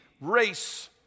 race